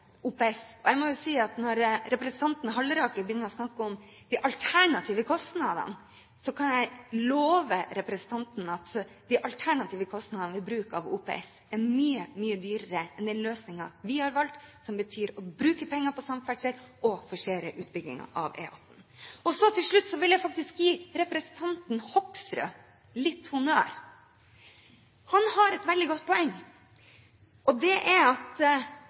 OPS. Og jeg må si at når representanten Halleraker begynner å snakke om de alternative kostnadene, kan jeg love representanten at de alternative kostnadene ved bruk av OPS er mye, mye større enn med den løsningen vi har valgt, som betyr å bruke penger på samferdsel og forsere utbyggingen av E18. Til slutt vil jeg faktisk gi representanten Hoksrud litt honnør. Han har et veldig godt poeng, og det er at